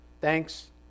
Thanks